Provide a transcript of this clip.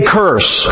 curse